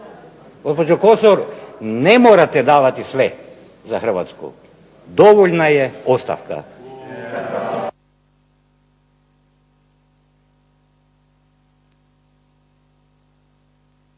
Gospođo Kosor ne morate davati sve za Hrvatsku. Dovoljna je ostavka.